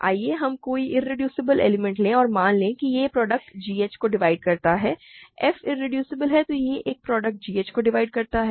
आइए हम कोई इरेड्यूसिबल एलिमेंट लें और मान लें कि यह एक प्रोडक्ट g h को डिवाइड करता है f इरेड्यूसबल है यह एक प्रोडक्ट g h को डिवाइड करता है